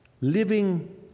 living